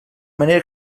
manera